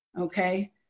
Okay